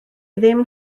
ddim